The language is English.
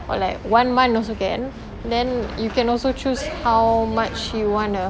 or like one month also can then you can also choose how much you want to